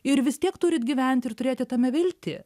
ir vis tiek turit gyvent ir turėti tame viltį